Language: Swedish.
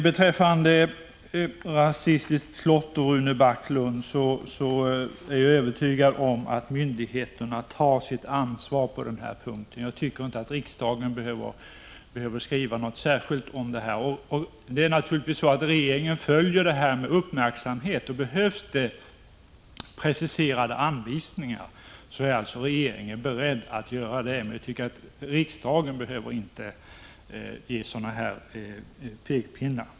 Beträffande rasistiskt klotter, Rune Backlund, är jag övertygad om att myndigheterna tar sitt ansvar. Jag tycker inte att riksdagen behöver skriva något särskilt om detta. Regeringen följer givetvis med uppmärksamhet vad som händer, och om det behövs preciserade anvisningar är regeringen beredd att utfärda sådana, men vi tycker att riksdagen inte behöver ge pekpinnar av det här slaget.